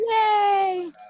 Yay